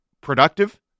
productive